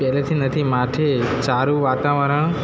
પહેલેથી નથી માટે સારું વાતાવરણ